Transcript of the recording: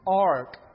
arc